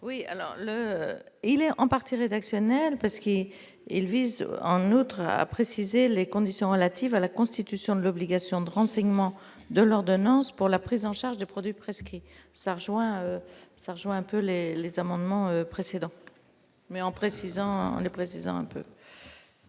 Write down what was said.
Oui, alors le il est en partie rédactionnelle parce qu'il vise, en outre, a précisé les conditions relatives à la constitution de l'obligation de renseignements de l'ordonnance pour la prise en charge des produits prescrits. ça rejoint, ça rejoint un peu les les amendements précédent mais en précisant le